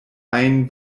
ajn